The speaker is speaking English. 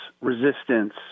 resistance